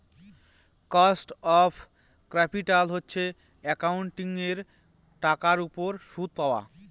cost of capital হচ্ছে একাউন্টিঙের টাকার উপর সুদ পাওয়া